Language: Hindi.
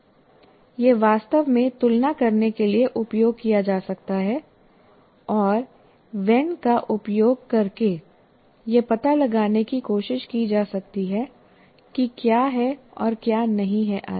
यह वास्तव में तुलना करने के लिए उपयोग किया जा सकता है और वेन्ने का उपयोग करके यह पता लगाने की कोशिश की जा सकती है कि क्या है और क्या नहीं है आरेख